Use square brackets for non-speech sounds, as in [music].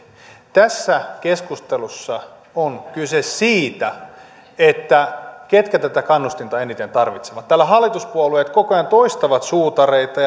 tässä keskustelussa on kyse siitä ketkä tätä kannustinta eniten tarvitsevat kun täällä hallituspuolueet koko ajan toistavat suutareita [unintelligible]